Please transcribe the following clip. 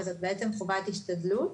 וזה בעצם חובת השתדלות,